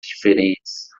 diferentes